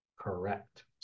Correct